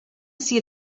see